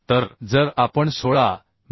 तर जर आपण 16 मि